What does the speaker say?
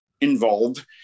involved